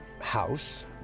house